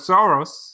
Soros